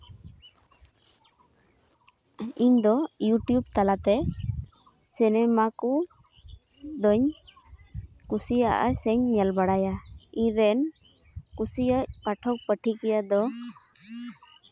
ᱤᱧᱫᱚ ᱤᱭᱩᱴᱤᱭᱩᱵᱽ ᱛᱟᱞᱟ ᱛᱮ ᱥᱤᱱᱮᱢᱟ ᱠᱚᱫᱚᱧ ᱠᱩᱥᱤᱭᱟᱜᱼᱟ ᱥᱮᱧ ᱧᱮᱞ ᱵᱟᱲᱟᱭᱟ ᱤᱧᱨᱮᱱ ᱠᱩᱥᱤᱭᱟᱜ ᱯᱟᱴᱷᱚᱠ ᱯᱟᱴᱷᱤᱠᱤᱭᱟᱹ ᱫᱚ